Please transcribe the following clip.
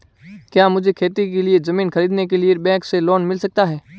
क्या मुझे खेती के लिए ज़मीन खरीदने के लिए बैंक से लोन मिल सकता है?